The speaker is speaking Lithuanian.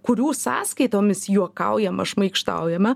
kurių sąskaitomis juokaujama šmaikštaujama